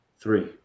three